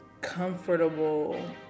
comfortable